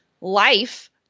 life